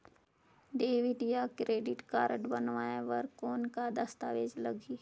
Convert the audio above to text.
Debit या credit card बनवाय बर कौन का दस्तावेज लगही?